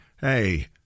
hey